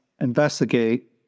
investigate